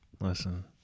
listen